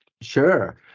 Sure